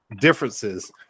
differences